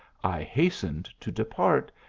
i hastened to depart,